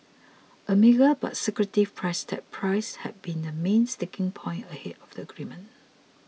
a mega but secretive price tag Price had been the main sticking point ahead of the agreement